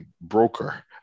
broker